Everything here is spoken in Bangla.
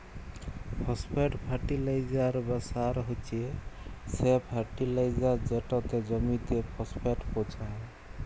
ফসফেট ফার্টিলাইজার বা সার হছে সে ফার্টিলাইজার যেটতে জমিতে ফসফেট পোঁছায়